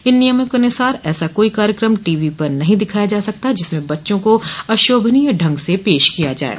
इन नियमों क अनुसार ऐसा कोई कार्यक्रम टी वी पर नहीं दिखाया जा सकता जिसमें बच्चों को अशोभनीय ढंग से पेश किया जाये